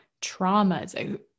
traumas